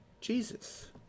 Jesus